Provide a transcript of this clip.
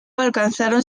alcanzaron